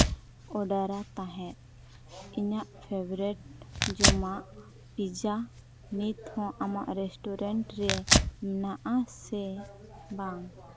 ᱚᱰᱟᱨᱟ ᱛᱟᱦᱮᱸᱫ ᱤᱧᱟᱹᱜ ᱯᱷᱮᱵᱟᱨᱤᱴ ᱡᱚᱢᱟᱜ ᱯᱤᱡᱽᱡᱟ ᱱᱤᱛ ᱦᱚᱸ ᱟᱢᱟᱜ ᱨᱮᱥᱴᱩᱨᱮᱱᱴ ᱨᱮ ᱢᱮᱱᱟᱜᱼᱟ ᱥᱮ ᱵᱟᱝ